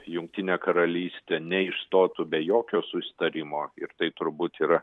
jungtinė karalystė ne išstotų be jokio susitarimo ir tai turbūt yra